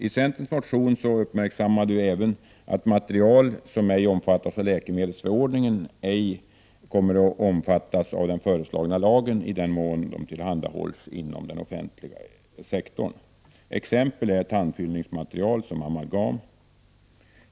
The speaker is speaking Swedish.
I centerns motion uppmärksammade vi även att material som ej omfattas av läkemedelsförordningen ej kommer att omfattas av den föreslagna lagen, i den mån de tillhandahålls inom den offentliga sektorn. Exempel härpå är tandfyllnadsmaterial som amalgam.